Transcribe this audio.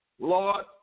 Lord